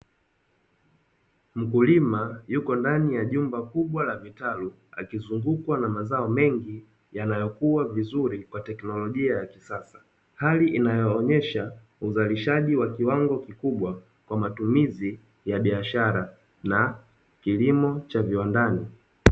Mkulima yupo ndani ya nyumba kubwa la vitalu akizungukwa na mazao mengi yanayokua vizuri kwa teknolijia ya kisasa, hali inaonyesha uzalishaji wa kiwango kikubwa kwa matumizi ya biashara na kilimo cha viwandani.